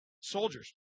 soldiers